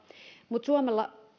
mutta suomella on